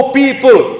people